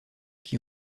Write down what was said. qui